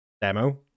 demo